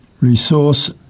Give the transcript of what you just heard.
Resource